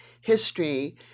History